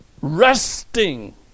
resting